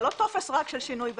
טופס רק של שינוי בעלות.